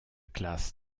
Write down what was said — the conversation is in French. classe